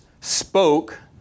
spoke